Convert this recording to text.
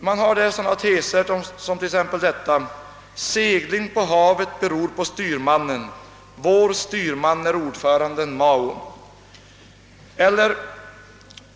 Man har där sådana teser som t.ex. denna: Segling på havet beror på styrmannen, vår styrman är ordföranden Mao.